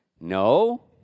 No